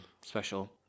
special